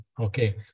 Okay